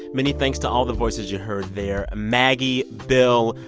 many thanks to all the voices you heard there maggie, bill,